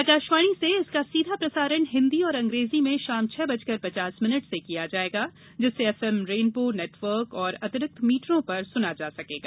आकाशवाणी से इसका सीधा प्रसारण हिंदी और अंग्रेजी में शाम छह बजकर पचास मिनट से किया जाएगा जिसे एफएम रेनबो नेटवर्क और अतिरिक्त मीटरों पर सुना जा सकेगा